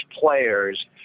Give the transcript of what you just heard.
players